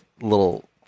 little